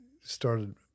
started